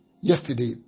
yesterday